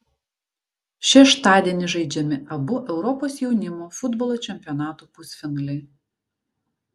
šeštadienį žaidžiami abu europos jaunimo futbolo čempionato pusfinaliai